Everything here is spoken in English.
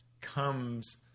comes